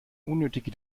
unnötige